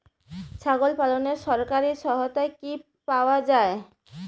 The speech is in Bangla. ছাগল পালনে সরকারি সহায়তা কি পাওয়া যায়?